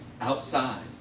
outside